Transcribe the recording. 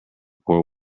poor